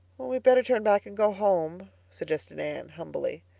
we'd better turn back and go home, suggested anne humbly.